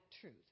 truth